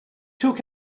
took